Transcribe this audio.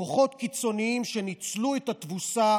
כוחות קיצוניים ניצלו את התבוסה